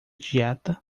dieta